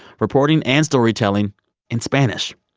reporting and storytelling in spanish.